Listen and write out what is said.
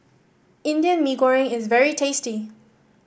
Indian Mee Goreng is very tasty